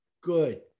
good